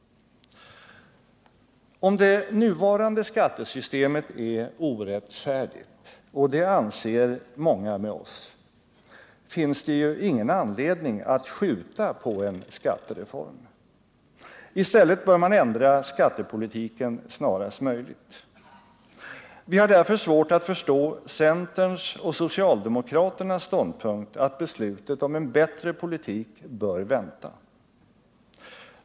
Om det nuvarande skattsystemet är orättfärdigt — och det anser många med oss — finns det ju ingen anledning att skjuta på en skattereform. I stället bör man ändra skattepolitiken snarast möjligt. Vi har därför svårt att förstå centerns och socialdemokraternas ståndpunkt att beslutet om en bättre politik bör vänta.